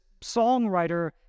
songwriter